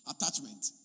attachment